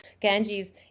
Ganges